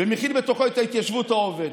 ומכיל את ההתיישבות העובדת,